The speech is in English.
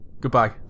goodbye